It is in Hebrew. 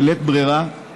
בלית ברירה,